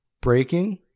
braking